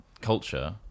culture